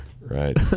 right